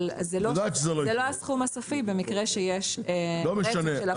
אבל זה לא הסכום הסופי במקרה שיש רצף של הפרות באותו עניין.